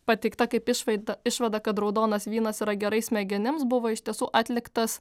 pateikta kaip išvaida išvada kad raudonas vynas yra gerai smegenims buvo iš tiesų atliktas